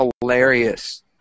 hilarious